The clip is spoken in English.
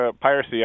piracy